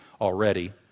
already